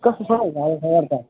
कस्तो छ हौ हालखबर त